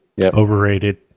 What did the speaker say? overrated